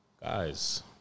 Guys